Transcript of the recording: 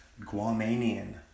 Guamanian